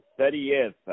30th